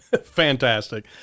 Fantastic